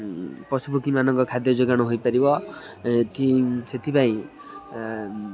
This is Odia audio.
ପଶୁପକ୍ଷୀମାନଙ୍କ ଖାଦ୍ୟ ଯୋଗାଣ ହୋଇପାରିବ ସେଥିପାଇଁ